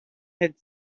had